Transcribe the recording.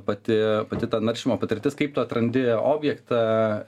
pati pati ta naršymo patirtis kaip tu atrandi objektą